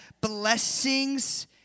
blessings